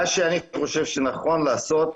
מה שאני חושב שצריך לעשות,